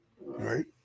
right